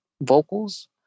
vocals